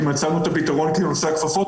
הנושא של הכפפות,